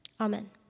Amen